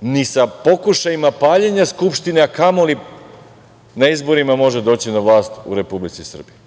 ni sa pokušajima paljenja Skupštine, a kamoli na izborima, može doći na vlast u Republici Srbiji.